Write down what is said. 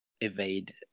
Evade